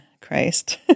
Christ